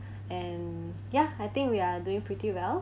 and ya I think we are doing pretty well